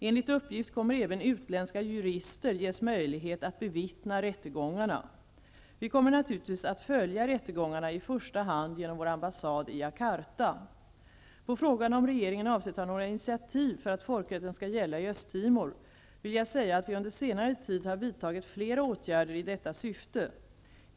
Enligt uppgift kommer även utländska jurister ges möjlighet att bevittna rättegångarna. Vi kommer naturligtvis att följa rättegångarna i första hand genom vår ambassad i Jakarta. På frågan om regeringen avser ta några initiativ för att folkrätten skall gälla i Östtimor vill jag säga att vi under senare tid har vidtagit flera åtgärder i detta syfte.